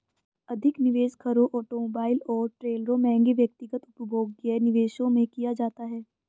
अधिक निवेश घरों ऑटोमोबाइल और ट्रेलरों महंगे व्यक्तिगत उपभोग्य निवेशों में किया जाता है